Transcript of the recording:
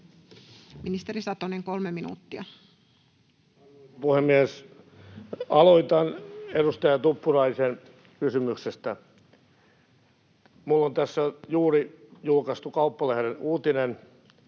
Time: 16:17 Content: Arvoisa puhemies! Aloitan edustaja Tuppuraisen kysymyksestä. Minulla on tässä juuri julkaistu Kauppalehden uutinen